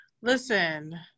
Listen